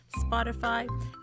Spotify